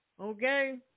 Okay